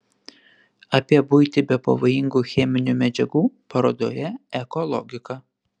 apie buitį be pavojingų cheminių medžiagų parodoje eko logika